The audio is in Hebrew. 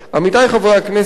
עמיתי חברי הכנסת,